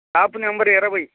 shop number ఇరవై